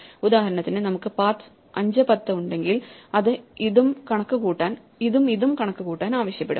ഉദാഹരണത്തിനു നമുക്ക് paths510 ഉണ്ടെങ്കിൽ അത് ഇതും ഇതും കണക്കുകൂട്ടാൻ ആവശ്യപ്പെടും